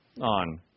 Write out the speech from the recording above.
on